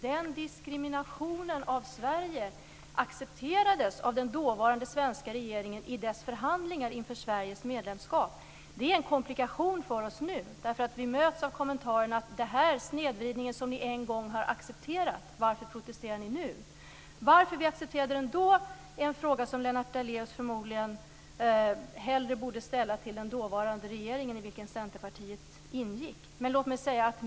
Den diskrimineringen av Sverige accepterades av den dåvarande svenska regeringen i dess förhandlingar inför Sveriges medlemskap. Det är en komplikation för oss nu. Vi möts av frågan varför vi nu protesterar mot en snedvridning som vi en gång har accepterat. Anledningen till att vi accepterade den då borde Lennart Daléus hellre fråga den dåvarande regeringen om, i vilken Centerpartiet ingick.